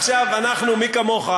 מי כמוך,